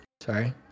sorry